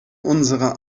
unserer